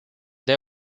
they